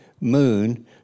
moon